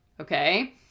Okay